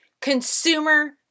consumer